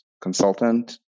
consultant